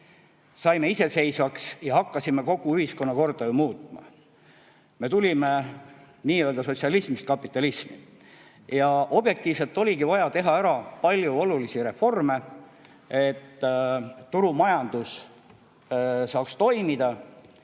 saime iseseisvaks ja hakkasime kogu ühiskonnakorda muutma. Me tulime nii-öelda sotsialismist kapitalismi ja objektiivselt oligi vaja teha ära palju olulisi reforme, et turumajandus saaks toimida.